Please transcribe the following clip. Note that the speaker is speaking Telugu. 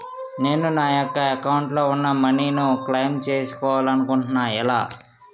నేను నా యెక్క అకౌంట్ లో ఉన్న మనీ ను క్లైమ్ చేయాలనుకుంటున్నా ఎలా?